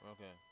Okay